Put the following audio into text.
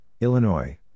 Illinois